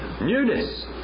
Newness